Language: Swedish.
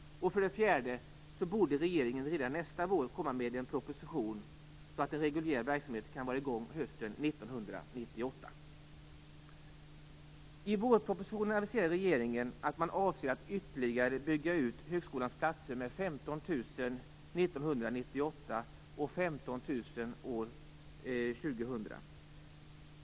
För det fjärde borde regeringen redan nästa vår komma med en proposition, så att en reguljär verksamhet kan vara i gång hösten 1998. I vårpropositionen aviserar regeringen att man avser att ytterligare bygga ut högskolan med 1 500 platser år 1998 och 15 000 år 2000.